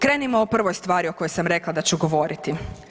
Krenimo o prvoj stvari o kojoj sam rekla da ću govoriti.